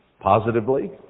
Positively